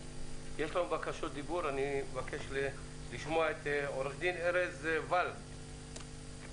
אני מבקש לשמוע את עורך הדין ארז וול,